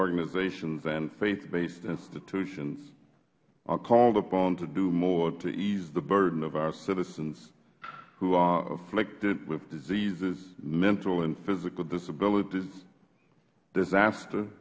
organizations and faith based institutions are called upon to do more to ease the burden of our citizens who are afflicting with diseases mental and physical disabilities disaster